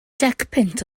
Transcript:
decpunt